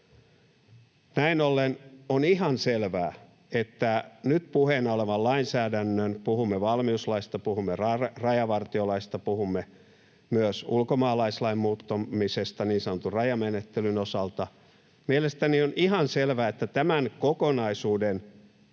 on mielestäni ihan selvää, että nyt puheena olevan lainsäädännön — puhumme valmiuslaista, puhumme rajavartiolaista, puhumme myös ulkomaalaislain muuttamisesta niin sanotun rajamenettelyn osalta — tämän kokonaisuuden